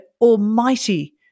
almighty